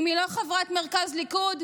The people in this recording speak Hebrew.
אם היא לא חברת מרכז ליכוד,